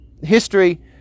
history